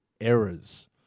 errors